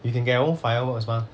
you can get your own fireworks mah